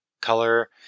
color